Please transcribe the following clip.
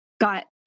got